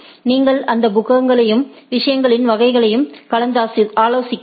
நீங்கள் அந்த புத்தகங்களையும் விஷயங்களின் வகையையும் கலந்தாலோசிக்கலாம்